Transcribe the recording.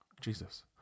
Jesus